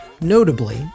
Notably